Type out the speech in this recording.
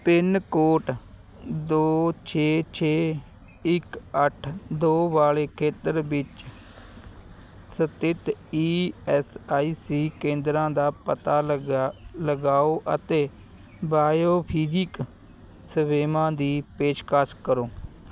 pin code ਦੋ ਛੇ ਛੇ ਇੱਕ ਅੱਠ ਦੋ ਵਾਲੇ ਖੇਤਰ ਵਿੱਚ ਸਥਿਤ ਈ ਐੱਸ ਆਈ ਸੀ ਕੇਂਦਰਾਂ ਦਾ ਪਤਾ ਲਗਾ ਲਗਾਓ ਅਤੇ ਬਾਇਓਫਿਜ਼ਿਕ ਸੇਵਾਵਾਂ ਦੀ ਪੇਸ਼ਕਸ਼ ਕਰੋ